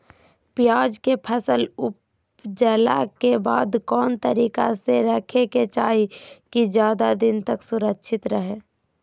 प्याज के फसल ऊपजला के बाद कौन तरीका से रखे के चाही की ज्यादा दिन तक सुरक्षित रहय?